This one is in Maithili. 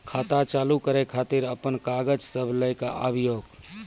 खाता चालू करै खातिर आपन कागज सब लै कऽ आबयोक?